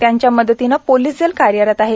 त्यांच्या मदतीन पोलीस दल कार्यरत आहे